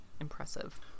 impressive